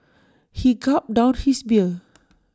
he gulped down his beer